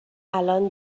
الان